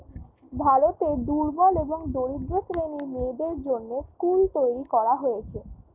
ভারতে দুর্বল এবং দরিদ্র শ্রেণীর মেয়েদের জন্যে স্কুল তৈরী করা হয়েছে